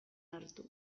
hartu